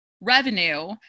revenue